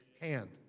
hand